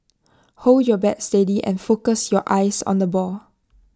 hold your bat steady and focus your eyes on the ball